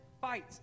fight